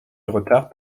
retard